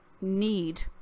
need